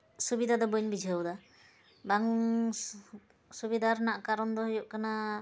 ᱥᱩᱵᱤᱫᱷᱟ ᱫᱚ ᱵᱟᱹᱧ ᱵᱩᱡᱷᱟᱹᱣᱫᱟ ᱵᱟᱝ ᱥᱩᱵᱤᱫᱷᱟ ᱨᱮᱱᱟᱜ ᱠᱟᱨᱚᱱᱫᱚ ᱦᱩᱭᱩᱜ ᱠᱟᱱᱟ